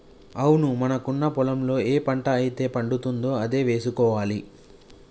అవును మనకున్న పొలంలో ఏ పంట అయితే పండుతుందో అదే వేసుకోవాలి